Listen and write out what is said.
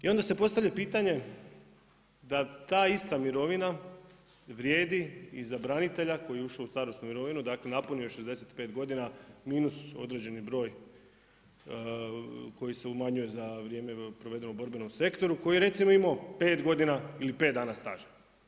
I onda se postavlja pitanje da ta ista mirovina vrijedi i za branitelja koji je ušao u starosnu mirovinu, dakle napunio je 65 godina, minus određeni broj, koji se umanjuje za vrijeme provedeno u borbenom sektoru, koji je recimo imamo 5 godina ili 5 dana staža.